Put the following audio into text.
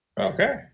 Okay